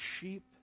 sheep